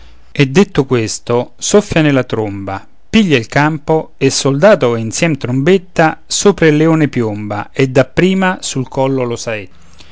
e detto questo soffia nella tromba piglia il campo e soldato e insiem trombetta sopra il leone piomba e dapprima sul collo